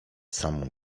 samą